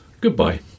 goodbye